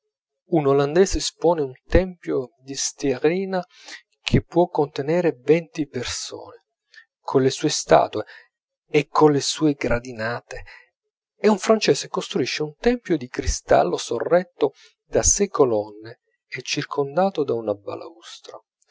un olandese espone un tempio di stearina che può contenere venti persone colle sue statue e colle sue gradinate e un francese costruisce un tempio di cristallo sorretto da sei colonne e circondato da una balaustrata